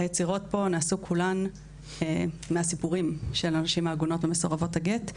היצירות פה נעשו כולן מהסיפורים של הנשים העגונות ומסורבות הגט,